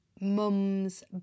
mum's